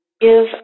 Give